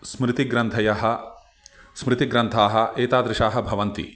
स्मृतिग्रन्थाः स्मृतिग्रन्थाः एतादृशाः भवन्ति